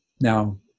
Now